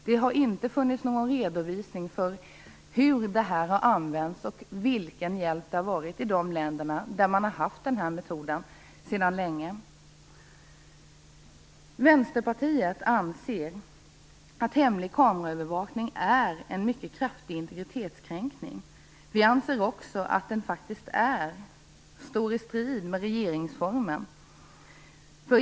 Det har inte funnits någon redovisning av hur den här metoden har använts och vilken hjälp den har varit i de länder där man har haft den sedan länge. Vänsterpartiet anser att hemlig kameraövervakning är en mycket kraftig integritetskränkning. Vi anser också att den faktiskt står i strid med regeringsformen.